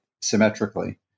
symmetrically